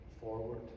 forward